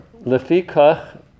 Lefikach